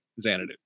Xanadu